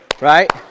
right